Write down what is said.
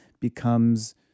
becomes